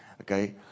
okay